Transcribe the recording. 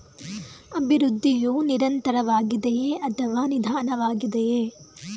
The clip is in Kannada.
ಅಭಿವೃದ್ಧಿಯು ನಿರಂತರವಾಗಿದೆಯೇ ಅಥವಾ ನಿಧಾನವಾಗಿದೆಯೇ?